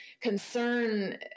concern